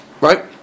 right